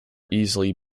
easily